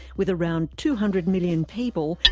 with around two hundred million people,